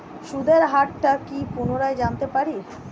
সুদের হার টা কি পুনরায় জানতে পারি?